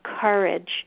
courage